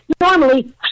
Normally